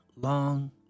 long